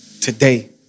today